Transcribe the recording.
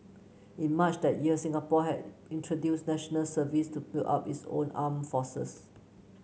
in March that year Singapore had introduced National Service to build up its own armed forces